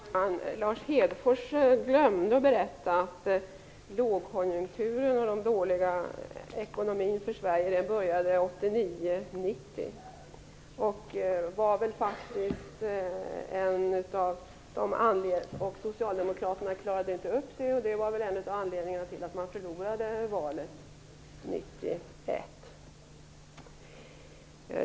Fru talman! Lars Hedfors glömde att berätta att lågkonjunkturen och den dåliga ekonomin för Sverige började 1989-1990. Socialdemokraterna klarade inte upp problemen, och det var väl en av anledningarna till att man förlorade valet 1991.